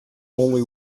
only